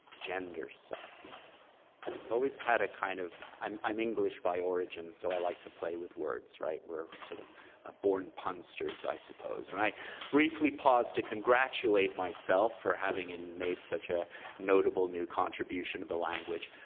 gendercide. i've always had a kind of. i'm i'm english by origin, so i like to play with words, right. we're sort of born punsters i suppose, and i briefly paused to congratulate myself for having and made such a notable new contribution to the language.